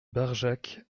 barjac